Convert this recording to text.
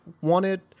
wanted